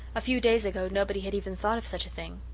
a few days ago nobody had even thought of such a thing.